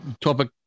topic